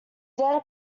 then